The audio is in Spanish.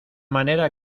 manera